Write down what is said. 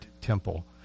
temple